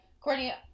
Courtney